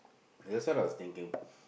guess what I was thinking